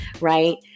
right